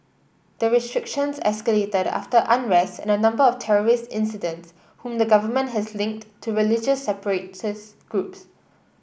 the restrictions escalated after unrest and a number of terrorist incidents whom the government has linked to religious separatist groups